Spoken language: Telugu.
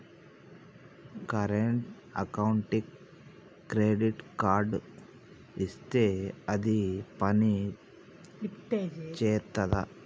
కరెంట్ అకౌంట్కి క్రెడిట్ కార్డ్ ఇత్తే అది పని చేత్తదా?